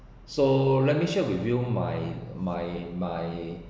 so let me share with you my my my